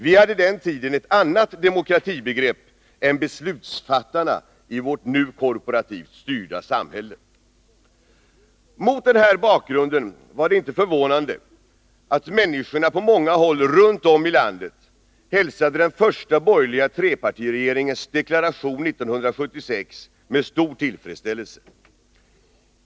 Vi hade den tiden ett annat demokratibegrepp än ”beslutsfattarna” i vårt nu korporativt styrda samhälle.” Mot den här bakgrunden var det inte förvånande, att människorna på många håll runt om i landet hälsade den första borgerliga trepartiregeringens deklaration 1976 med stor tillfredsställelse.